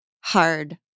hard